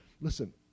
listen